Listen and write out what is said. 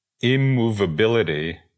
immovability